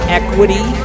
equity